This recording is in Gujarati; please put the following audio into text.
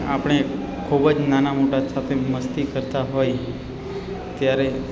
આપણે ખૂબ જ નાના મોટા અથવા તે મસ્તી કરતાં હોય ત્યારે